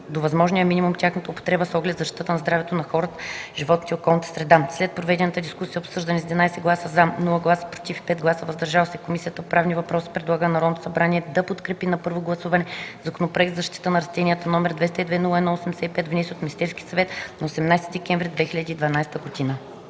до възможния минимум тяхната употреба с оглед защитата на здравето на хората, животните и околната среда. След проведената дискусия и обсъждане, с 11 гласа „за”, без „против” и 5 гласа „въздържали се”, Комисията по правни въпроси предлага на Народното събрание да подкрепи на първо гласуване Законопроект за защита на растенията, № 202-01-85, внесен от Министерския съвет на 18 декември 2012 г.”